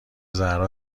زهرا